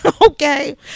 Okay